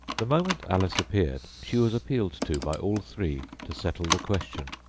the moment alice appeared, she was appealed to by all three to settle the question,